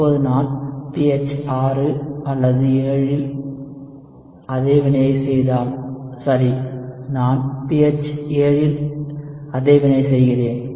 இப்போது நான் pH 6 அல்லது 7 இல் அதே வினையை செய்தால் சரி நான் ஒரு pH 7 இல் அதே வினை செய்கிறேன்